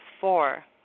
four